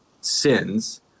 sins